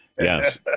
Yes